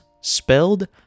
spelled